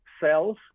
cells